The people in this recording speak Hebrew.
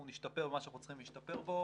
אנחנו נשתפר במה שאנחנו צריכים להשתפר בו